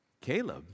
Caleb